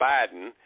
Biden